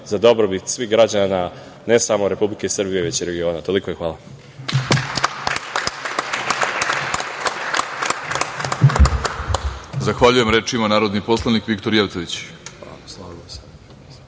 za dobrobit svih građana ne samo Republike Srbije, već i regiona. Toliko i hvala